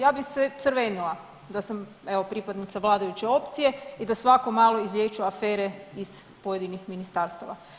Ja bih se crvenila da sam, evo, pripadnica vladajuće opcije i da svako malo izlijeću afere iz pojedinih ministarstava.